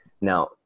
Now